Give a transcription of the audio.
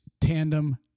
tandem